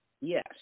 yes